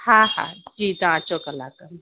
हा हा जी तव्हां अचो कलाक में